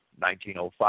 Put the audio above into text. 1905